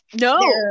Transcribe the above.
No